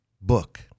book